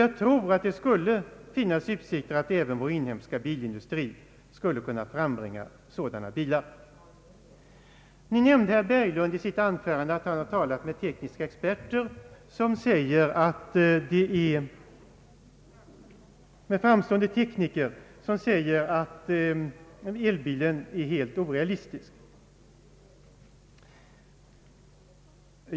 Jag tror att det finns utsikter att även vår inhemska bilindustri skulle kunna frambringa sådana bilar. Nu nämnde herr Berglund i sitt anförande att han hade talat med framstående tekniker, som påstår att elbilen är helt orealistisk.